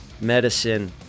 Medicine